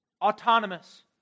autonomous